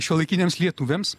šiuolaikiniams lietuviams